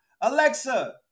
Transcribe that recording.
Alexa